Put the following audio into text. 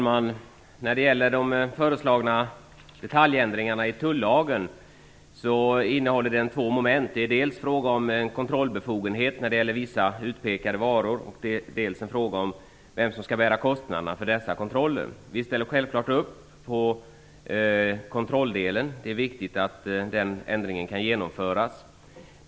Herr talman! De föreslagna detaljändringarna i tullagen innehåller två moment. Det är dels fråga om en kontrollbefogenhet när det gäller vissa utpekade varor, dels fråga om vem som skall bära kostnaderna för dessa kontroller. Vi ställer självklart upp på kontrolldelen. Det är viktigt att ändringen kan genomföras.